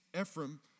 Ephraim